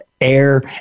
air